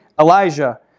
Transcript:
Elijah